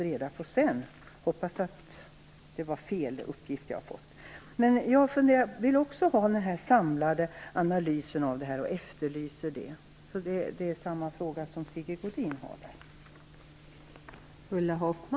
Jag hoppas att de uppgifter jag har fått är felaktiga. Liksom Sigge Godin efterlyser också jag en samlad analys av de här frågorna.